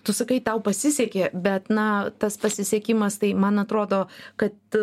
tu sakai tau pasisekė bet na tas pasisekimas tai man atrodo kad